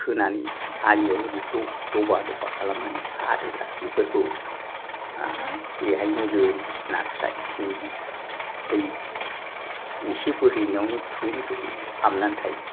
खोनानै आलियाव ओरै दबा दबा खालामनानै सादोब्रा बेफोरखौ हाब बेहायनो गोरि नास्राय सिंगि दै एसे बोहैनायावनो थुम थुम हाबनानै थायो